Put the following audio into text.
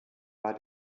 war